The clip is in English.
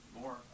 more